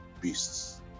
beasts